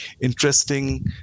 interesting